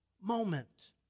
moment